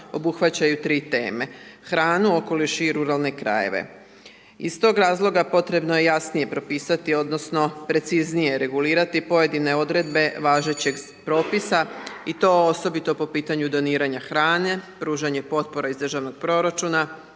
obuhvaćaju 3 teme, hranu, okoliš i ruralne krajeve. Iz toga razloga potrebno je jasnije propisati odnosno preciznije regulirati pojedine odredbe važećeg propisa i to osobito po pitanju doniranja hrane, pružanje potpora iz državnog proračuna,